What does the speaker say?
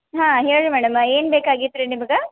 ಹಾಂ ಹೇಳಿ ಮೇಡಮ ಏನ್ಬೇಕಾಗಿತ್ತು ರೀ ನಿಮಗೆ